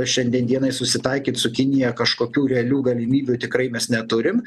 šiandien dienai susitaikyt su kinija kažkokių realių galimybių tikrai mes neturim